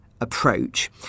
Approach